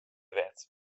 wet